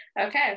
Okay